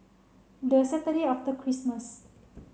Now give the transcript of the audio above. the Saturday after Christmas